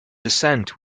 descent